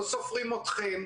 שלא סופרים אתכם,